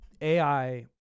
AI